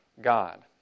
God